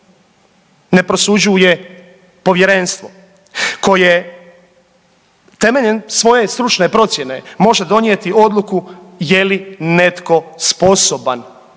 ne prosuđuje povjerenstvo koje temeljem svoje stručne procjene može donijeti odluku je li netko sposoban